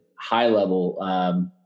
high-level